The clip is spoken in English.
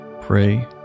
Pray